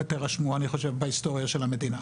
ואני חושב שתירשמו בהיסטוריה של המדינה.